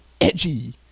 edgy